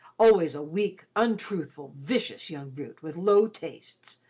always a weak, untruthful, vicious young brute with low tastes,